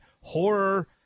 horror